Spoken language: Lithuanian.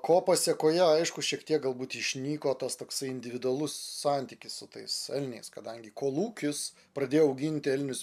ko pasekoje aišku šiek tiek galbūt išnyko tas toksai individualus santykis su tais elniais kadangi kolūkis pradėjo auginti elnius